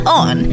on